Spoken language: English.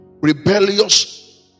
rebellious